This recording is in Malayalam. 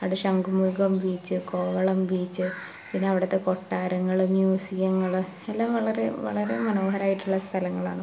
അവിടെ ശംഘുമുഖം ബീച്ച് കോവളം ബീച്ച് പിന്നെ അവിടുത്തെ കൊട്ടാരങ്ങൾ മ്യൂസിയങ്ങൾ എല്ലാം വളരെ വളരെ മനോഹരമായിട്ടുള്ള സ്ഥലങ്ങളാണ്